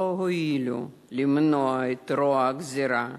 לא הועילו למנוע את רוע הגזירה.